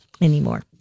anymore